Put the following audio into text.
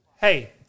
Hey